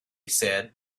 said